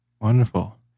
Wonderful